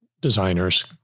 designers